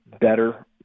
better